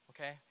Okay